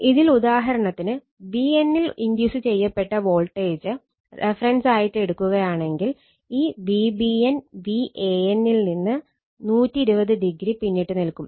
ഇതിൽ ഉദാഹരണത്തിന് Vn ൽ ഇൻഡ്യൂസ് ചെയ്യപ്പെട്ട വോൾട്ടേജ് റഫറൻസ് ആയിട്ട് എടുക്കുകയാണെങ്കിൽ ഈ Vbn Van ൽ നിന്ന് 120o പിന്നിട്ട് നിൽക്കും